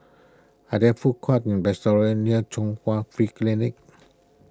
are there food courts or restaurants near Chung Hwa Free Clinic